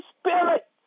Spirit